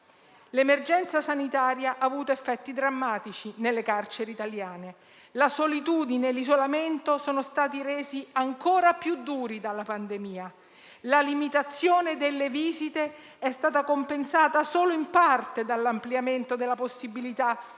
L'emergenza sanitaria ha avuto effetti drammatici nelle carceri italiane. La solitudine e l'isolamento sono stati resi ancora più duri dalla pandemia. La limitazione delle visite è stata compensata solo in parte dall'ampliamento della possibilità